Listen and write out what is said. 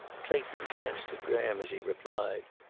clayton glanced at graham as he replied.